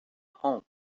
home